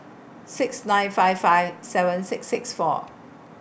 six nine five five seven six six four